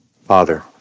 Father